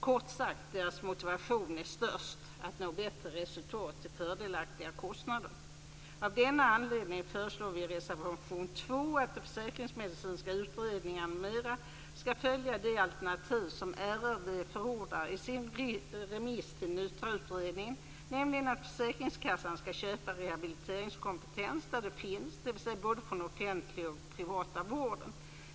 Kort sagt är deras motivation störst att nå bättre resultat till fördelaktiga kostnader. Av denna anledning föreslår vi i reservation 2 att de försäkringsmedicinska utredningarna m.m. skall följa det alternativ som RRV förordar i sin remiss till NYTRA-utredningen, nämligen att försäkringskassan skall köpa rehabiliteringskompetens där den finns, dvs. både från den offentliga och privata vården.